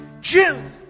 June